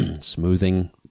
smoothing